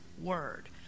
word